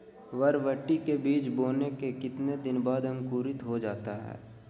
बरबटी के बीज बोने के कितने दिन बाद अंकुरित हो जाता है?